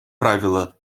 правило